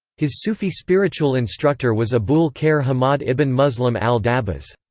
his sufi spiritual instructor was abu'l-khair hammad ibn muslim al-dabbas.